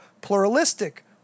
pluralistic